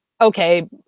okay